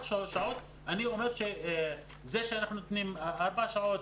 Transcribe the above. אני אומר שזה שאנחנו נותנים ארבע שעות